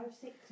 six